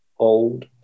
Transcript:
old